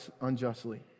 unjustly